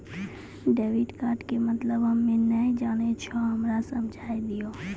Debit card के मतलब हम्मे नैय जानै छौ हमरा समझाय दियौ?